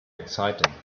exciting